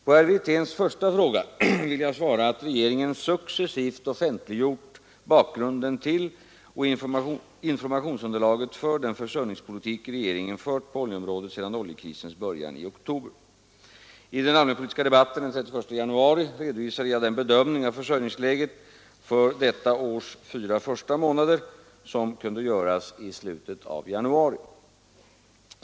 På herr Wirténs första fråga vill jag svara att regeringen successivt offentliggjort bakgrunden till och informationsunderlaget för den försörjningspolitik regeringen fört på oljeområdet sedan oljekrisens början i oktober. I den allmänpolitiska debatten den 31 januari redovisade jag den bedömning av försörjningsläget för detta års fyra första månader som kunde göras i slutet av januari.